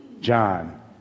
John